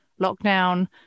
lockdown